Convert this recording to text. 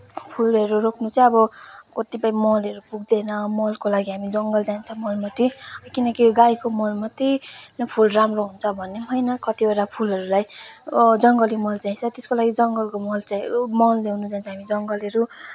फुलहरू रोप्नु चाहिँ अब कतिपय मलहरू पुग्दैन मलको लागि हामी जङ्गल जान्छौँ मलमाटि किनकि गाईको मल मात्रै फुल राम्रो हुन्छ भन्ने होइन कतिवटा फुलहरूलाई जङ्गली मल चाहिन्छ त्यसको लागि जङ्गलको मल चाहियो मल ल्याउन जान्छ हामी जङ्गलहरू